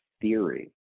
theory